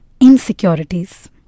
insecurities